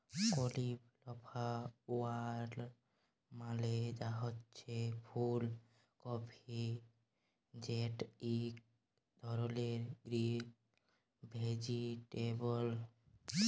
cauliflower মালে হছে ফুল কফি যেট ইক ধরলের গ্রিল ভেজিটেবল